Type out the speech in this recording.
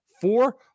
four